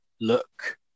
look